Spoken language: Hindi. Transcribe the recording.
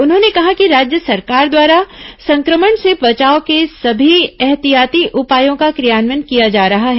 उन्होंने कहा कि राज्य सरकार द्वारा संक्रमण से बचाव के सभी एहतियाती उपायों का क्रियान्वयन किया जा रहा है